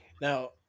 Now